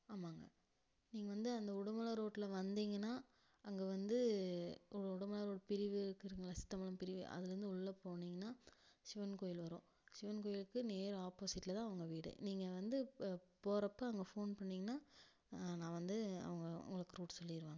ஆமாங்க நீங்கள் வந்து அந்த உடுமலை ரோட்டில் வந்திங்கன்னால் அங்கே வந்து ஒரு உடுமலை ரோட் பிரிவு இருக்குதுங்களா சித்தம்பலம் பிரிவு அதுலேருந்து உள்ளே போனிங்கன்னால் சிவன் கோயில் வரும் சிவன் கோயிலுக்கு நேர் ஆப்போசிட்டில் தான் அவங்க வீடு நீங்கள் வந்து போகிறப்ப அங்கே ஃபோன் பண்ணிங்கன்னால் நான் வந்து அவங்க உங்களுக்கு ரூட் சொல்லிடுவாங்க